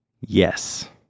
Yes